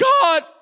God